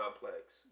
complex